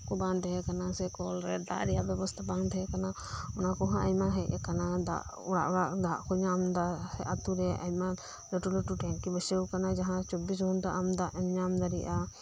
ᱵᱟᱝ ᱛᱟᱦᱮᱸᱠᱟᱱᱟ ᱠᱚᱞᱨᱮ ᱫᱟᱜᱨᱮᱭᱟᱜ ᱵᱮᱵᱚᱥᱛᱟ ᱵᱟᱝ ᱛᱟᱦᱮᱸ ᱠᱟᱱᱟ ᱚᱱᱟᱠᱚᱦᱚᱸ ᱟᱭᱢᱟ ᱦᱮᱡ ᱟᱠᱟᱱᱟ ᱫᱟᱜ ᱚᱲᱟᱜ ᱚᱲᱟᱜ ᱫᱟᱜᱠᱩ ᱧᱟᱢᱮᱫᱟ ᱥᱮ ᱟᱛᱩᱨᱮ ᱟᱭᱢᱟ ᱞᱟᱹᱴᱩ ᱞᱟᱹᱴᱩ ᱴᱮᱝᱠᱤ ᱵᱟᱹᱭᱥᱟᱹᱣ ᱟᱠᱟᱱᱟ ᱡᱟᱦᱟᱸ ᱪᱚᱵᱵᱤᱥ ᱜᱷᱚᱱᱴᱟ ᱟᱢ ᱫᱟᱜᱮᱢ ᱧᱟᱢ ᱫᱟᱲᱤᱭᱟᱜ ᱟ